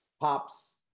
pops